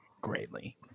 greatly